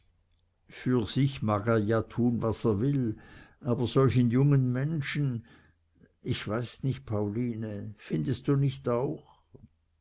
für sich mag er ja tun was er will aber solchen jungen menschen ich weiß nicht pauline findst du nich auch